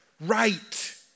right